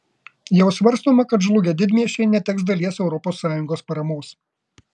jau svarstoma kad žlugę didmiesčiai neteks dalies europos sąjungos paramos